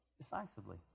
Decisively